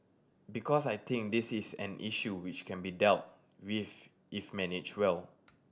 because I think this is an issue which can be dealt with if managed well